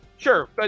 Sure